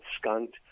skunked